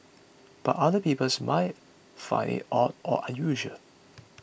but other peoples might find it odd or unusual